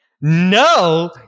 No